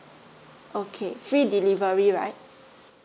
okay free delivery right